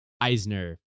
Eisner